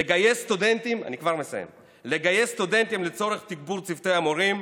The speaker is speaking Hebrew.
לגייס סטודנטים לצורך תגבור צוותי המורים,